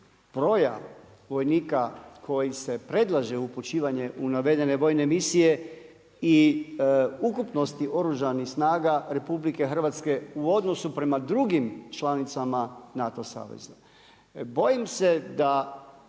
broja vojnika koji se predlaže u upućivanje u navedene vojne misije i ukupnost oružanih snaga RH, u odnosu prema drugim članicama NATO saveza. Bojim se da